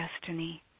destiny